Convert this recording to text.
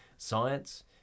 Science